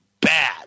bad